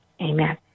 Amen